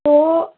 تو